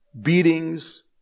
beatings